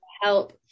help